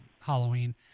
Halloween